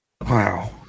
Wow